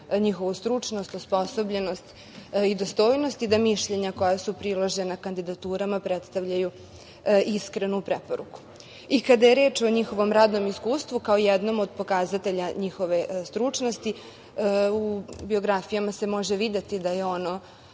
njihovu stručnost, osposobljenost i dostojnost i da mišljenja koja su priložena kandidaturama predstavljaju iskrenu preporuku. Kada je reč o njihovom radnom iskustva, kao jednom od pokazatelja njihove stručnosti, u biografijama se može videti da je ono